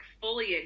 fully